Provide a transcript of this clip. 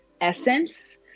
essence